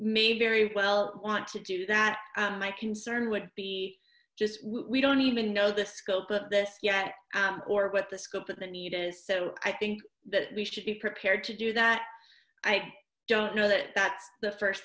may very well want to do that my concern would be just we don't even know the scope of this yet or what the scope of the need is so i think that we should be prepared to do that i don't know that that's the first